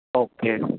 okay